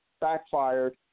backfired